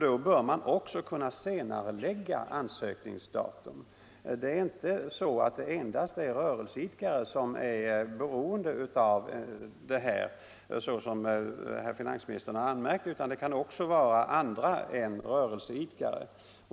Då bör man också kunna senarelägga ansökningsdatum. Det är inte endast rörelseidkare som är beroende av denna möjlighet, utan det kan också gälla andra än sådana.